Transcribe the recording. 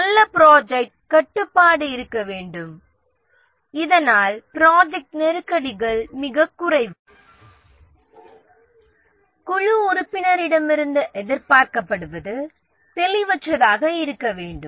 நல்ல ப்ராஜெக்ட் கட்டுப்பாடு இருக்க வேண்டும் இதனால் ப்ராஜெக்ட் நெருக்கடிகள் மிகக் குறைவு குழு உறுப்பினரிடமிருந்து எதிர்பார்க்கப்படுவது தெளிவற்றதாக இருக்க வேண்டும்